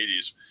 1980s